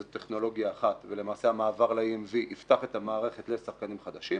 זו טכנולוגיה אחת ולמעשה המעבר ל-EMV יפתח את המערכת לשחקנים חדשים,